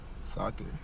Soccer